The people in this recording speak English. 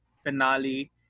finale